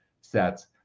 sets